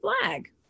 flag